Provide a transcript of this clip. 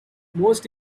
most